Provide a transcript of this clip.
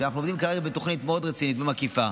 כשאנחנו עובדים כרגע בתוכנית רצינית מאוד ומקיפה,